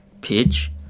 pitch